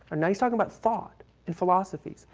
now he's talking about thought in philosophies.